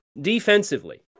Defensively